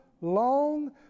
long